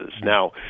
Now